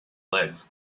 legs